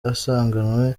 asanganwe